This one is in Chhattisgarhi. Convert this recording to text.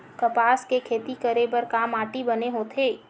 कपास के खेती करे बर का माटी बने होथे?